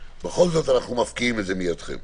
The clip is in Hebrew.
בכל זאת אנחנו מפקיעים את זה מידכם.